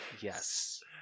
Yes